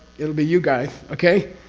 it'll be you guys. okay?